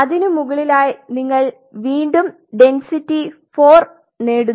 അതിനു മുകളിലായി നിങ്ങൾ വീണ്ടും ഡെന്സിറ്റി 4 നേടുന്നു